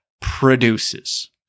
produces